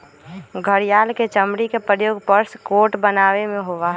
घड़ियाल के चमड़ी के प्रयोग पर्स कोट बनावे में होबा हई